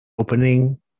opening